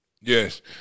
Yes